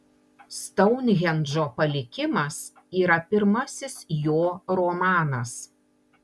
stounhendžo palikimas yra pirmasis jo romanas